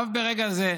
אף ברגע זה.